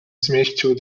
zmieścił